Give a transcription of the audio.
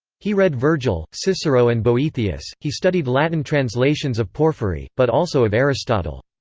he read virgil, cicero and boethius he studied latin translations of porphyry, but also of aristotle.